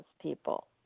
people